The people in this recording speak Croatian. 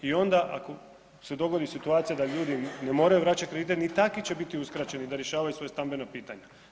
I onda ako se dogodi situacija da ljudi ne moraju vraćati kredite, i takvi će biti uskraćeni da rješavaju svoje stambeno pitanje.